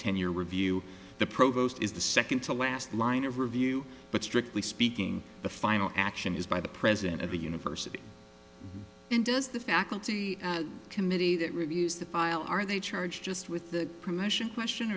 tenure review the provost is the second to last line of review but strictly speaking the final action is by the president of the university and does the faculty committee that reviews the file are they charged just with the permission question